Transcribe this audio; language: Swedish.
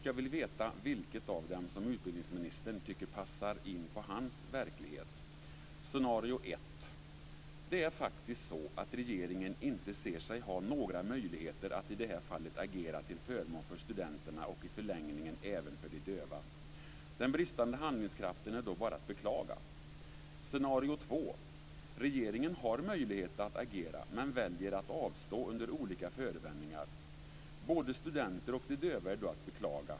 Jag vill veta vilket av dem som utbildningsministern tycker passar in på hans verklighet. Scenario ett: Det är faktiskt så att regeringen inte ser sig ha några möjligheter att i det här fallet agera till förmån för studenterna och i förlängningen även för de döva. Den bristande handlingskraften är då bara att beklaga. Scenario två: Regeringen har möjlighet att agera, men väljer att avstå under olika förevändningar. Både studenter och de döva är då att beklaga.